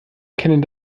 kennen